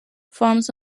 farms